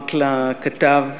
אמרת לכתב כך,